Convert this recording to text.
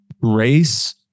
race